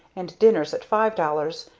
and dinners at five dollars,